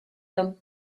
him